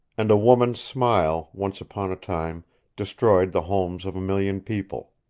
and a woman's smile once upon a time destroyed the homes of a million people.